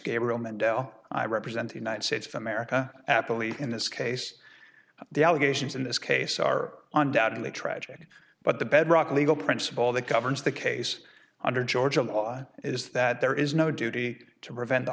mendell i represent the united states of america absolutely in this case the allegations in this case are undoubtedly tragic but the bedrock legal principle that governs the case under georgia law is that there is no duty to prevent the